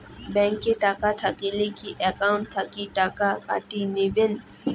Bank এ টাকা থাকিলে কি একাউন্ট থাকি টাকা কাটি নিবেন?